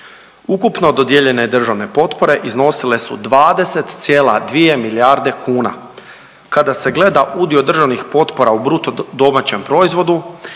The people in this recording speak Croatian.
Ukupno dodijeljene državne potpore iznosile su 20,2, milijarde kuna. Kada se gleda udio državnih potpora u BDP-u iznosio